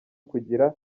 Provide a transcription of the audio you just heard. kugira